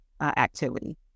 activity